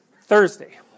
Thursday